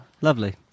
Lovely